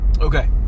Okay